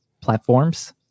platforms